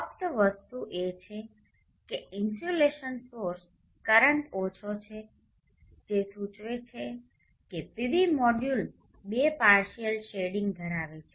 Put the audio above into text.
ફક્ત વસ્તુ એ છે કે ઇન્સ્યુલેશન સોર્સ કરંટ ઓછો છે જે સૂચવે છે કે પીવી મોડ્યુલ ૨ પાર્શીયલ શેડિંગ ધરાવે છે